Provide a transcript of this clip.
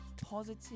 positive